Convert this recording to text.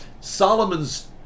Solomon's